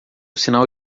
sinal